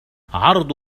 عرض